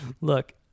Look